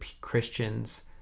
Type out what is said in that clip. Christians